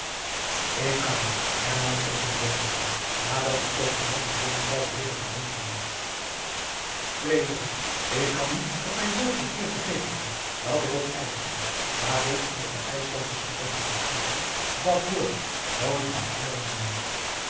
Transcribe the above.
ik kan hernam onze blommesteyn nadat het zoogenaamde penitas weder gedronken was frederik ik kan u op mijn woord van eer verzekeren dat ik op ijsland waar ik onder de ijslandsche studenten verkeerd heb dat woord nooit heb hooren noemen